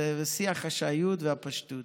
זה בשיא החשאיות והפשטות.